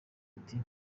ati